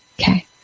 Okay